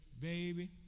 baby